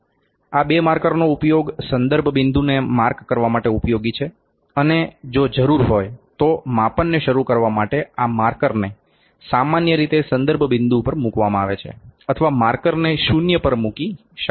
આ બે માર્કરનો ઉપયોગ સંદર્ભ બિંદુને માર્ક કરવા ઉપયોગી છે અને જો જરૂર હોય તો માપનને શરૂ કરવા માટે આ માર્કરને સામાન્ય રીતે સંદર્ભ બિંદુ ઉપર મૂકવામાં આવે છે અથવા માર્કરને શૂન્ય પર મૂકી શકાય